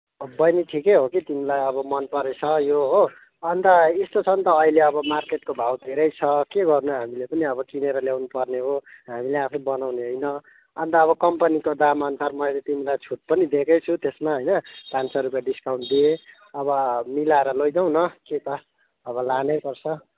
बहिनी ठिकै हो कि तिमीलाई अब मनपरेछ यो हो अन्त यस्तो छ नि त अहिले अब मार्केटको भाउ धेरै छ के गर्नु हामीले पनि अब किनेर ल्याउनुपर्ने हो हामीले आफै बनाउने होइन अन्त अब कम्पनीको दामअनुसारमा मैले तिमीलाई छुट पनि दिएकै छु त्यसमा होइन पाँच सौ रुपियाँ डिस्काउन्ट दिएँ अब मिलाएर लैजाऊ न कि त अब लानैपर्छ